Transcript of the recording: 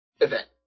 event